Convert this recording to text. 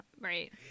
right